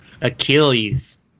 Achilles